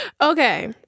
okay